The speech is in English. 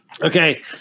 Okay